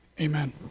Amen